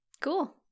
cool